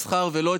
הוועדה.